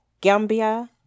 Gambia